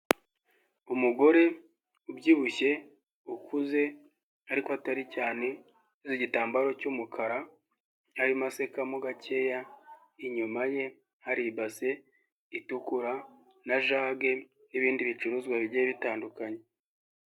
Umugore ubyibushye ukuze ariko atari cyane n'igitambaro cy'umukara arimo asekamo gakeya, inyuma ye hari ibase itukura na jage n'ibindi bicuruzwa bigiye bitandukanye.